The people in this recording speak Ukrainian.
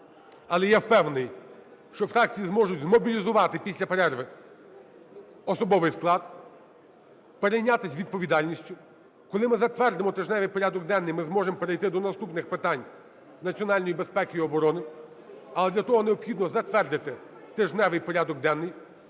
але я впевнений, що фракції зможуть змобілізувати після перерви особовий склад, перейнятися відповідальністю. Коли ми затвердимо тижневий порядок денний, ми зможемо перейти до наступних питань національної безпеки і оборони, але для того необхідно затвердити тижневий порядок денний.